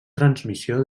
transmissió